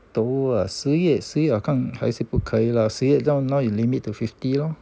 no ah 十月十月我看还是不可以啦十月 now you limit to fifty lor